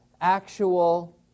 actual